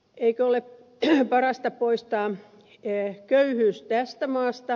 eikö ole parasta poistaa köyhyys tästä maasta